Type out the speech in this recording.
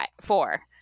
Four